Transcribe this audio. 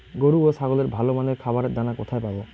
গরু ও ছাগলের ভালো মানের খাবারের দানা কোথায় পাবো?